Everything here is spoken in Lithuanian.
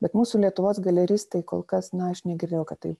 bet mūsų lietuvos galeristai kol kas na aš negirdėjau kad tai